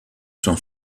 sont